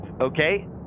Okay